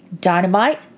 Dynamite